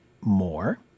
more